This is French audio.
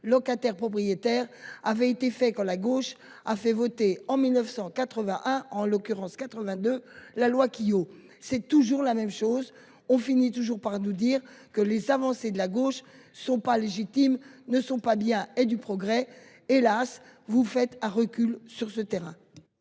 locataires propriétaires avaient été fait quand la gauche a fait voter en 1981, en l'occurrence 82 la loi Quilliot c'est toujours la même chose, on finit toujours par nous dire que les avancées de la gauche sont pas légitimes ne sont pas bien et du progrès, hélas. Vous faites ah recule sur ce terrain.